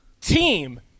team